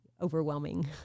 overwhelming